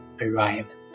arrive